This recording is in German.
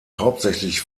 hauptsächlich